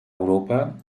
europa